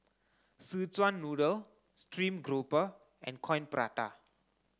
Szechuan noodle stream grouper and Coin Prata